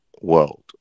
world